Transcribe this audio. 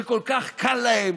שכל כך קל להם,